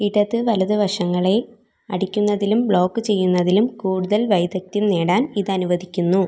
ഇടത് വലത് വശങ്ങളെ അടിക്കുന്നതിലും ബ്ലോക്ക് ചെയ്യുന്നതിലും കൂടുതൽ വൈദഗ്ധ്യം നേടാൻ ഇത് അനുവദിക്കുന്നു